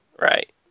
Right